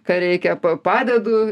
ką reikia padedu